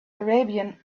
arabian